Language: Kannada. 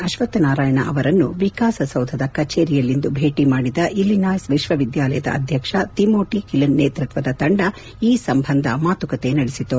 ಅಕ್ಷತ್ಪನಾರಾಯಣ ಅವರನ್ನು ವಿಕಾಸಸೌಧದ ಕಚೇರಿಯಲ್ಲಿಂದು ಭೇಟ ಮಾಡಿದ ಇಲಿನಾಯ್ಸ್ ವಿಶ್ವವಿದ್ಯಾಲಯದ ಅಧ್ಯಕ್ಷ ತಿಮೋಟ ಕಿಲೆನ್ ನೇತೃತ್ವದ ತಂಡ ಈ ಸಂಬಂಧ ಮಾತುಕತೆ ನಡೆಸಿತು